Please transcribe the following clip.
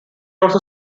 also